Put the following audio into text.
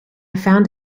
found